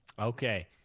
Okay